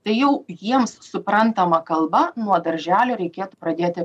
tai jau jiems suprantama kalba nuo darželio reikėtų pradėti